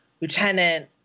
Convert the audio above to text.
Lieutenant